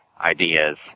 ideas